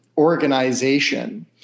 organization